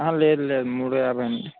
లేదు లేదు మూడు యాబై అండి